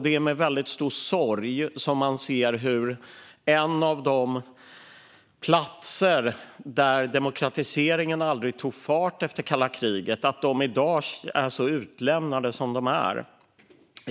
Det är med väldigt stor sorg som man ser hur människorna på en av de platser där demokratiseringen aldrig tog fart efter kalla kriget i dag är så utlämnade som de är.